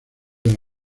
del